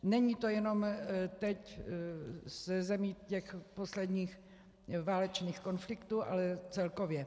Není to jenom ze zemí těch posledních válečných konfliktů, ale celkově.